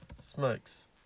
Smokes